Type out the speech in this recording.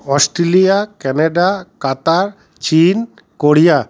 Australia Canada Qatar চীন Korea